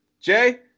Jay